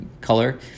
color